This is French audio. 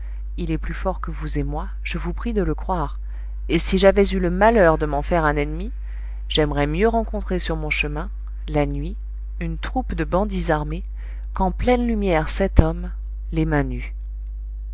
il est plus fort que vous et moi je vous prie de le croire et si j'avais eu le malheur de m'en faire un ennemi j'aimerais mieux rencontrer sur mon chemin la nuit une troupe de bandits armés qu'en pleine lumière cet homme les mains nues